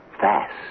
fast